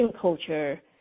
culture